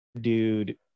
dude